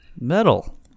Metal